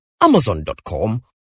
amazon.com